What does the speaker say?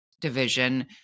division